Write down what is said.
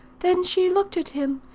then she looked at him,